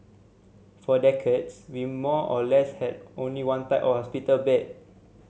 for decades we more or less had only one type of hospital bed